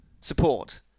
support